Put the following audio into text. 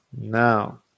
Now